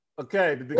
Okay